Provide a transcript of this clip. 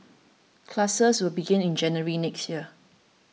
classes will begin in January next year